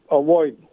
avoid